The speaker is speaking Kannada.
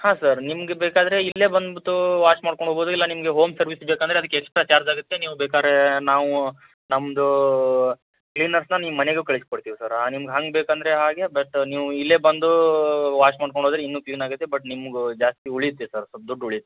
ಹಾಂ ಸರ್ ನಿಮಗೆ ಬೇಕಾದರೆ ಇಲ್ಲೇ ಬಂದ್ಬಿಟ್ಟು ವಾಷ್ ಮಾಡ್ಕೊಂಡು ಹೋಗ್ಬೋದು ಇಲ್ಲ ನಿಮಗೆ ಹೋಮ್ ಸರ್ವಿಸ್ ಬೇಕೆಂದ್ರೆ ಅದಕ್ಕೆ ಎಕ್ಸಟ್ರಾ ಚಾರ್ಜಾಗುತ್ತೆ ನೀವು ಬೇಕಾದ್ರೆ ನಾವು ನಮ್ದು ಕ್ಲೀನರ್ಸ್ನ ನಿಮ್ಮ ಮನೆಗೂ ಕಳಿಸಿಕೊಡ್ತೀವಿ ಸರ್ ನಿಮಗೆ ಹಂಗೆ ಬೇಕೆಂದ್ರೆ ಹಾಗೆ ಬಟ್ ನೀವು ಇಲ್ಲೇ ಬಂದು ವಾಷ್ ಮಾಡ್ಕೊಂಡು ಹೋದರೆ ಇನ್ನೂ ಕ್ಲೀನಾಗುತ್ತೆ ಬಟ್ ನಿಮಗೂ ಜಾಸ್ತಿ ಉಳಿಯುತ್ತೆ ಸರ್ ಸ್ವಲ್ಪ ದುಡ್ಡು ಉಳಿಯುತ್ತೆ